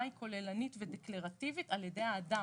היא כוללנית ודקלרטיבית על-ידי האדם.